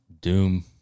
doom